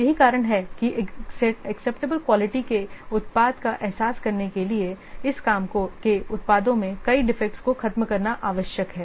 यही कारण है कि एक्सेप्टेबल क्वालिटी के उत्पाद का एहसास करने के लिए इस काम के उत्पादों में कई डिफेक्टस को खत्म करना आवश्यक है